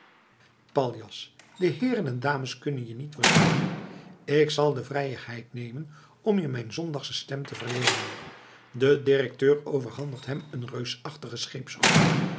paljas de heeren en dames kunnen je niet verstaan ik zal de vrijigheid nemen om je mijn zondagsche stem te verleenen de directeur overhandigt hem een reusachtigen